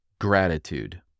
Gratitude